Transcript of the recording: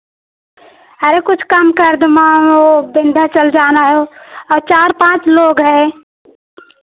अरे कुछ कम कर दो मैम वो विंध्याचल जाना है और चार पाँच लोग हैं